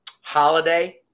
holiday